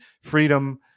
freedom